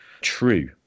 true